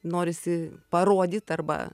norisi parodyt arba